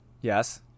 Yes